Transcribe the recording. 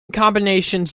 combinations